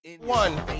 one